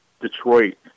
Detroit